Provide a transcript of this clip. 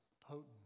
potent